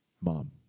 Mom